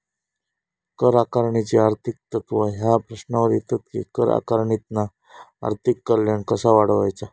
कर आकारणीची आर्थिक तत्त्वा ह्या प्रश्नावर येतत कि कर आकारणीतना आर्थिक कल्याण कसा वाढवायचा?